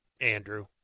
Andrew